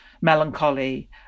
melancholy